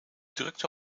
drukte